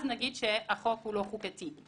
אז נגיד שהחוק לא חוקתי.